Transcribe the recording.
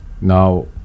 Now